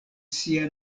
sia